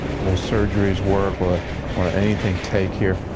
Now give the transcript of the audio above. will surgeries work. will ah will anything take here?